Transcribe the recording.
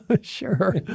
Sure